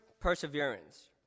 perseverance